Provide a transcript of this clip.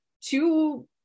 two